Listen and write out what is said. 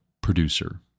producer